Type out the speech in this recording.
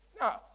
Now